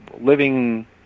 living